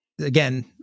again